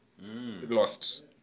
lost